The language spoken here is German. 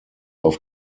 auf